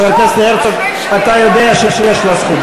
חבר הכנסת הרצוג, אתה יודע שיש לו זכות.